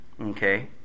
okay